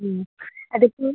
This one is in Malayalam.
അതിപ്പോൾ